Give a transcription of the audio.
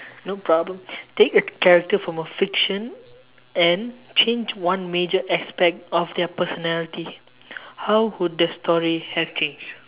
no problem take a character from a fiction and change one major aspect of their personality how would the story have changed